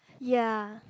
ya